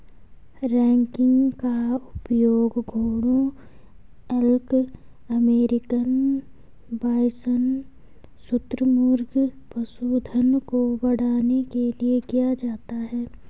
ranking का उपयोग घोड़ों एल्क अमेरिकन बाइसन शुतुरमुर्ग पशुधन को बढ़ाने के लिए किया जाता है